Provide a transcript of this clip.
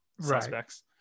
suspects